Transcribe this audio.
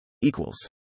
Equals